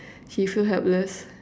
she feel helpless